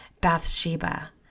Bathsheba